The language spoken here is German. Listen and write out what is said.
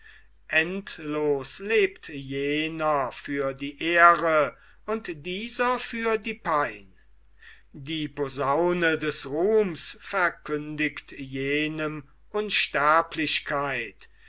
endlos lebt jener für die ehre und dieser für die pein die posaune des ruhms verkündet jenem unsterblichkeit